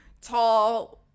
tall